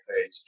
page